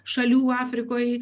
šalių afrikoj